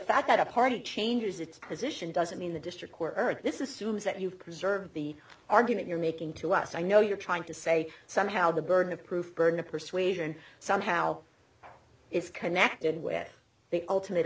fact that a party changes its position doesn't mean the district court heard this is suzette you preserve the argument you're making to us i know you're trying to say somehow the burden of proof burden of persuasion somehow it's connected with the ultimate